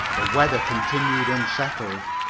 the weather continued unsettled,